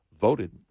voted